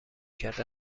کرد